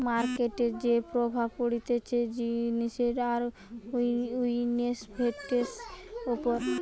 মার্কেটের যে প্রভাব পড়তিছে জিনিসের আর ইনভেস্টান্টের উপর